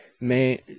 mais